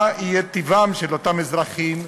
מה יהיה טיבם של אותם אזרחים,